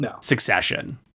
Succession